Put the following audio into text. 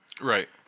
right